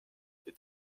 est